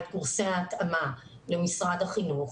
את קורסי ההתאמה במשרד החינוך,